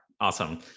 Awesome